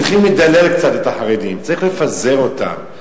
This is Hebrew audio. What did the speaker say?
צריכים לדלל קצת את החרדים, צריך לפזר אותם.